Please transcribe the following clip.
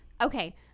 Okay